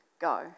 Go